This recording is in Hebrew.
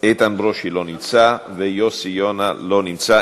איתן ברושי, לא נמצא, ויוסי יונה, לא נמצא.